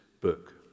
book